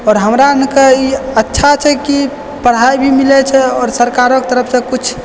आओर हमरा अनके ई अच्छा छै की पढ़ाइ भी मिलै छै आओर सरकारोके तरफसँ कुछ